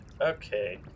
Okay